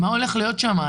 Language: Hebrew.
מה הולך להיות שם?